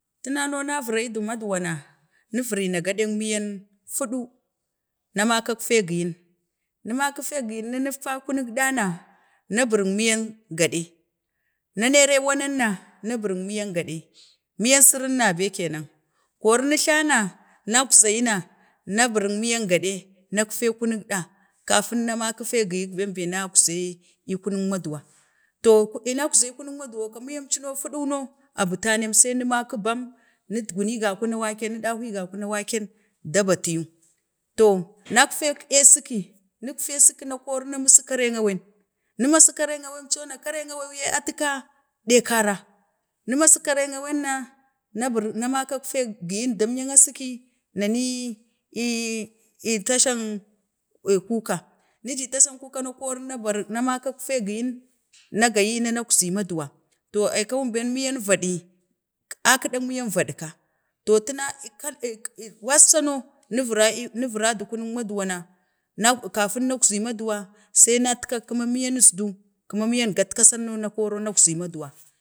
Tuna no na virayi du maduwa, ni viraga dek miyan hudu, maka tee giyin, maki fee giyin na əkfa kunik ɗana, na buring miyan gaɗe, na ne rik wanan na na buring miyan gaɗei, miyan sirin na bei kenan, koro nəngla na nakza yina, na buring miyan gaɗei, onaktee kunik ɗa, katin na meki been gi yin bembe, nakzee ii kunik maduwa, to nak zee kunik maduwa miyam cuno hudu no abuta nem see nu maka bam, net guni gaku na wakan, ni ɗehi gakuna wakan da batiyu, to nakfee, siki, nek fee siki na kori na musu karen awaing, nu masu karen awain co na kareng awai yee, atu ɓe ɗe kara, nu masu keren awain na, na bari na ma kak feek giyin dem yan asiki na hii tashang ee kuka, niji tashan kuka na kori na bari na makak fee giyin na gayi na nakzi maduwa, to aikawun been miya vaɗi, a kəɗak miyan vaɗ ɓa, to tuna, kat ee kat kullun wassa no aa ii nə vira du kanək ma duwa na kafin na zii maduwan na sai natka kuman miyinəzdu, kəman miyan gatkasan mo koro nəkzi maduwa